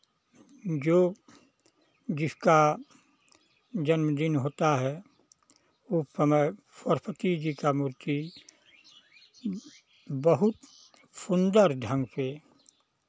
जो जिसका जन्मदिन होता है उस समय सरस्वती जी का मूर्ति बहुत सुन्दर ढंग से